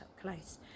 close